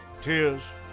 tears